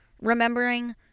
remembering